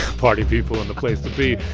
party people in the place to be.